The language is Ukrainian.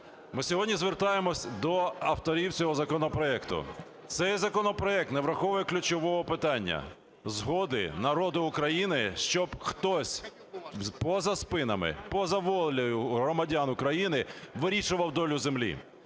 Ми сьогодні звертаємося до авторів цього законопроекту. Цей законопроект не враховує ключового питання – згоди народу України, щоб хтось поза спинами, поза волею громадян України вирішував долю землі.